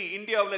India